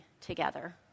together